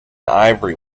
ivory